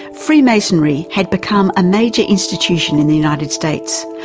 freemasonry had become a major institution in the united states,